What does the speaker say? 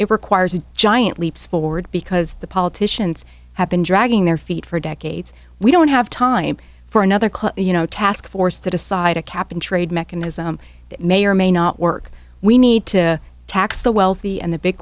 it requires a giant leaps forward because the politicians have been dragging their feet for decades we don't have time for another cut you know task force that aside a cap and trade mechanism that may or may not work we need to tax the wealthy and the big